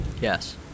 Yes